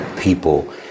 people